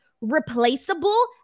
replaceable